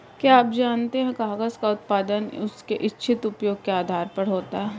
क्या आप जानते है कागज़ का उत्पादन उसके इच्छित उपयोग के आधार पर होता है?